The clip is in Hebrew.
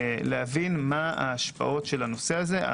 מה ההשפעות של הנושא הזה.